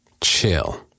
Chill